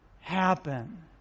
happen